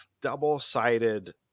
double-sided